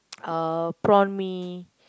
uh prawn-mee